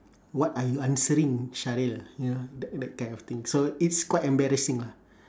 what are you answering sharil you know that that kind of thing so it's quite embarrassing lah